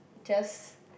just